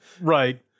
Right